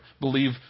believe